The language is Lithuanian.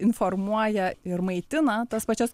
informuoja ir maitina tas pačias